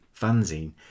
fanzine